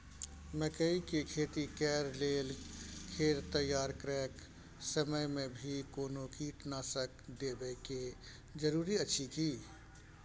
मकई के खेती कैर लेल खेत तैयार करैक समय मे भी कोनो कीटनासक देबै के जरूरी अछि की?